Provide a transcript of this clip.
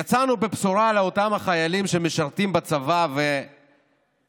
יצאנו בבשורה לאותם החיילים שמשרתים בצבא ונשארו